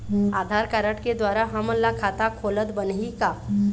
आधार card के द्वारा हमन ला खाता खोलत बनही का?